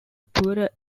poorer